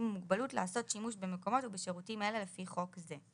עם מוגבלות לעשות שימוש במקומות ובשירותים אלה לפי חוק זה.